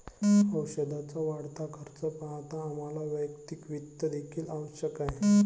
औषधाचा वाढता खर्च पाहता आम्हाला वैयक्तिक वित्त देखील आवश्यक आहे